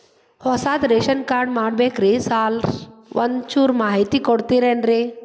ಹೊಸದ್ ration card ಮಾಡ್ಬೇಕ್ರಿ sir ಒಂಚೂರ್ ಮಾಹಿತಿ ಕೊಡ್ತೇರೆನ್ರಿ?